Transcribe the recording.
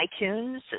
iTunes